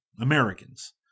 Americans